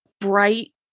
bright